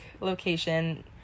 location